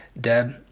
Deb